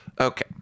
Okay